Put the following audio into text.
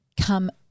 come